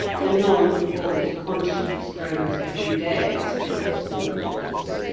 the nonconformist conscience grows every day a still smaller voice.